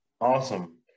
Awesome